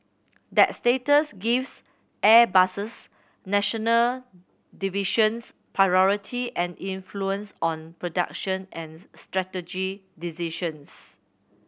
that status gives Airbus's national divisions priority and influence on production and strategy decisions